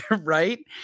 Right